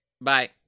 bye